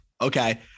Okay